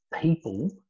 People